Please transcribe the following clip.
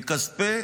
מכספי